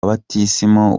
batisimu